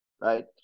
right